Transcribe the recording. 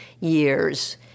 years